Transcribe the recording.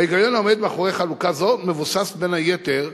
ההיגיון העומד מאחורי חלוקה זו מבוסס, בין היתר,